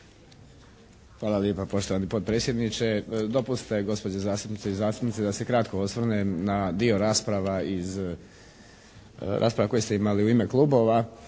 Hvala lijepa poštovani potpredsjedniče. Dopustite gospođe zastupnice i zastupnici da se kratko osvrnem na dio rasprava iz, rasprava koje ste imali u ime klubova.